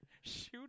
shoot